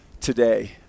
today